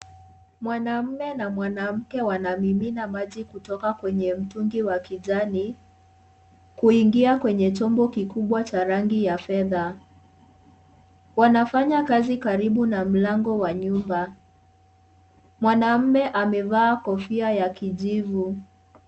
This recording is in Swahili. Mwanamme na mwanamke wanamimina maji kutoka kwenye mtungi wakidhani kuingia kwenye chombo kikubwa cha rangi ya fedha. Wanafanya kazi karibu na mlango wa nyumba. Mwanamme amevaa kofia ya kijivu.